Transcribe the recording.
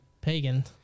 pagan